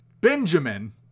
Benjamin